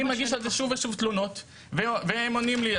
אני מגיש על זה שוב ושוב תלונות והם עונים לי,